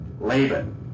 Laban